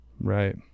Right